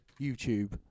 YouTube